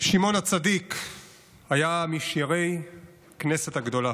"שמעון הצדיק היה משיירי כנסת הגדולה.